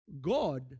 God